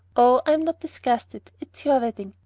oh, i'm not disgusted. it's your wedding.